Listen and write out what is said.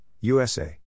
USA